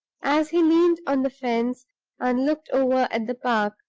as he leaned on the fence and looked over at the park,